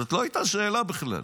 זאת לא הייתה שאלה בכלל.